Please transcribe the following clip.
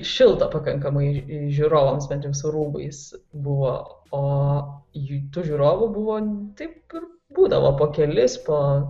šilta pakankamai žiūrovams bent jau su rūbais buvo o jų tų žiūrovų buvo taip ir būdavo po kelis po